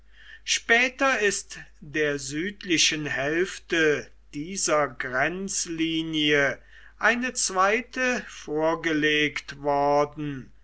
später ist der südlichen hälfte dieser grenzlinie eine zweite vorgelegt worden